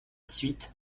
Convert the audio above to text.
suite